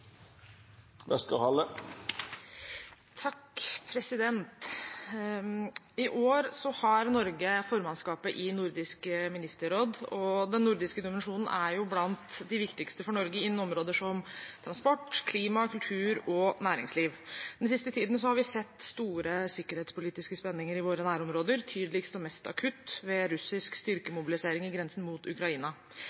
Norge formannskapet i Nordisk ministerråd. Den nordiske dimensjonen er blant de viktigste for Norge innen områder som transport, klima, kultur og næringsliv. Den siste tiden har vi sett store sikkerhetspolitiske spenninger i våre nærområder, tydeligst og mest akutt ved russisk